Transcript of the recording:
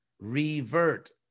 revert